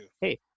Hey